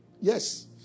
Yes